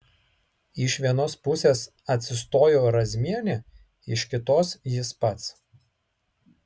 iš vienos pusės atsistojo razmienė iš kitos jis pats